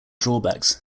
drawbacks